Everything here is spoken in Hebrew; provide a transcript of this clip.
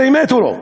זה אמת או לא?